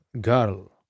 girl